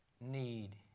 need